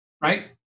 right